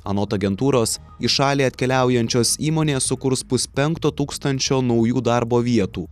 anot agentūros į šalį atkeliaujančios įmonės sukurs puspenkto tūkstančio naujų darbo vietų